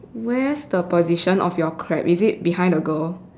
where's the position of your crab is it behind the girl